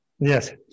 Yes